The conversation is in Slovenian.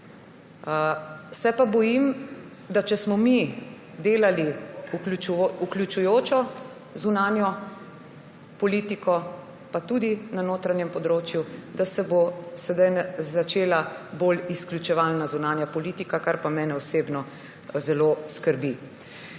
Se pa bojim, da če smo mi delali vključujočo zunanjo politiko, pa tudi na notranjem področju, da se bo sedaj začela bolj izključevalna zunanja politika. Kar pa mene osebno zelo skrbi.